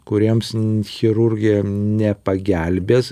kuriems chirurgija nepagelbės